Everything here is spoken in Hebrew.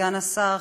סגן השר,